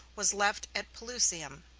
was left at pelusium,